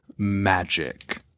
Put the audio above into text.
magic